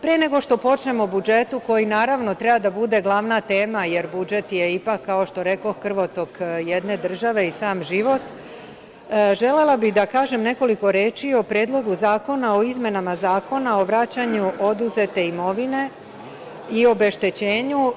Pre nego što počnem o budžetu koji naravno treba da bude glavna tema, jer budžet je ipak, kao što rekoh, krvotok jedne države i sam život, želela bih da kažem nekoliko reči o Predlogu zakona o izmenama Zakona o vraćanju oduzete imovine i obeštećenju.